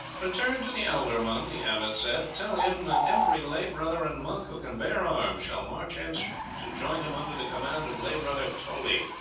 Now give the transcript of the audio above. return to the ealdorman, the abbot said tell him that every lay brother and monk who can bear arms shall march hence to join him under the command of lay brother toley,